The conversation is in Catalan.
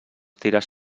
tires